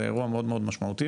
זה אירוע מאוד מאוד משמעותי,